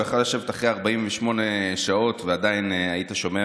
הוא יכול לשבת ואחרי 48 שעות עדיין היית שומע